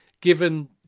Given